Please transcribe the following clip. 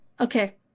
Okay